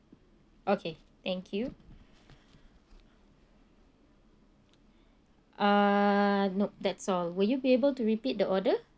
okay thank you uh nope that's all will you able to repeat the order